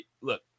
look